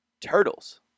Turtles